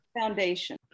Foundation